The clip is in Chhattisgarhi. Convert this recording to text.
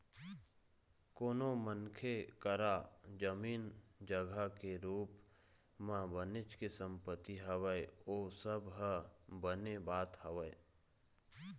कोनो मनखे करा जमीन जघा के रुप म बनेच के संपत्ति हवय ओ सब ह बने बात हवय